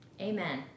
Amen